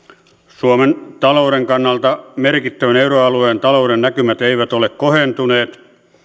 suomen talouden kannalta merkittävän euroalueen talouden näkymät eivät ole kohentuneet